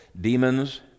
demons